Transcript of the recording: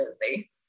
busy